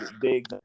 big